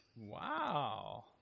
Wow